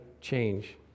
change